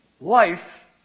life